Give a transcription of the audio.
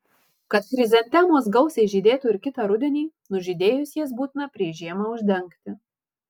kad chrizantemos gausiai žydėtų ir kitą rudenį nužydėjus jas būtina prieš žiemą uždengti